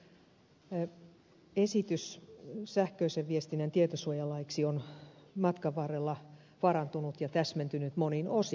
esitys sähköisen viestinnän tietosuojalaiksi on matkan varrella parantunut ja täsmentynyt monin osin